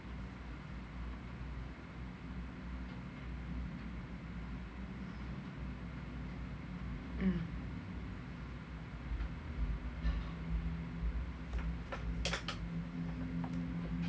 mm